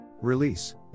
Release